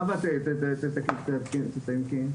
גבי אמר ש-400 מסיימים בשנה, סדר גודל כזה.